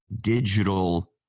digital